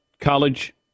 college